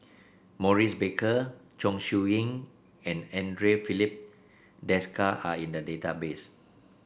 Maurice Baker Chong Siew Ying and Andre Filipe Desker are in the database